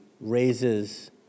raises